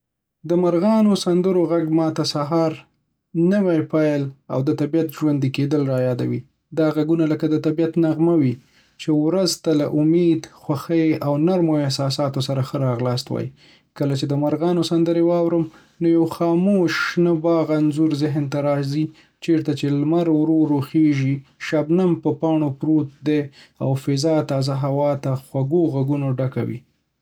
د مرغانو د سندرو غږ ما ته سهار، نوی پیل، او د طبیعت ژوندی کیدل رايادوي. دا غږونه لکه د طبیعت نغمه وي، چې ورځ ته له امید، خوښۍ، او نرمو احساساتو سره ښه راغلاست وايي. کله چې د مرغانو سندرې واورم، نو د یوه خاموش، شنه باغ انځور ذهن ته راځي، چیرته چې لمر ورو ورو خېژي، شبنم پر پاڼو پروت دی، او فضا د تازه هوا او خوږو غږونو ډکه وي.